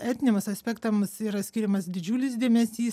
etiniamas aspektams yra skiriamas didžiulis dėmesys